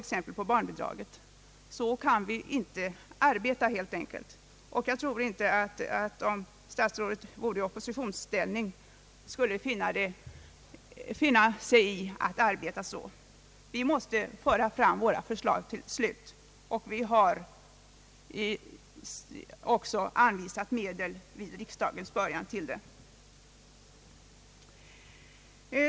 Så kan vi helt enkelt inte arbeta, och jag tror inte att statsrådet, om hon vore i oppositionsställning, skulle finna sig i att arbeta så. Vi måste föra fram våra förslag till slutet, och vi har också vid riksdagens början föreslagit anvisning av medel till dem.